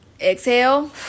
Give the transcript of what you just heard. Exhale